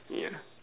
yeah